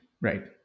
right